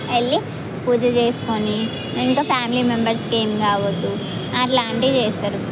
వెళ్లి పూజ చేసుకొని ఇంకా ఫ్యామిలీ మెంబర్స్కి ఏం కావద్దు అలాంటివి చేస్తారు